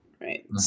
right